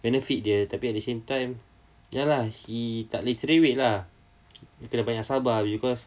benefit dia tapi at the same time ya lah he tak boleh cerewet lah kita kena banyak sabar because